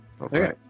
Okay